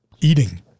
eating